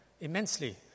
immensely